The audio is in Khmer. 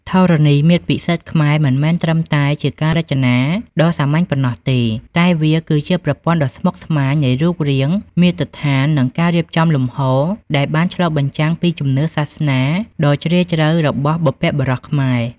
ធរណីមាត្រពិសិដ្ឋខ្មែរមិនមែនត្រឹមតែជាការរចនាដ៏សាមញ្ញប៉ុណ្ណោះទេ តែវាគឺជាប្រព័ន្ធដ៏ស្មុគស្មាញនៃរូបរាង មាត្រដ្ឋាន និងការរៀបចំលំហដែលបានឆ្លុះបញ្ចាំងពីជំនឿសាសនាដ៏ជ្រៅរបស់បុព្វបុរសខ្មែរ។